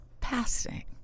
passing